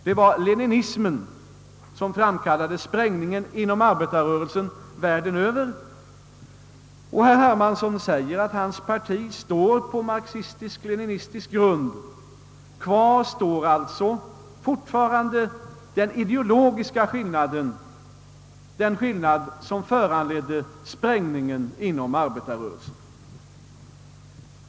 Det var leninismen som framkallade sprängningen inom arbetarrörelsen världen över, och herr Hermansson säger, att hans parti står på marxistisk-leninistisk grund. Kvar står alltså fortfarande den ideologiska skillnaden, den skillnad som föranledde sprängningen inom arbetarrörelsen.